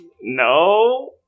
No